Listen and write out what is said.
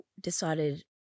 decided